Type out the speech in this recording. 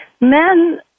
men